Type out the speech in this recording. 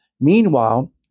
Meanwhile